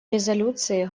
резолюции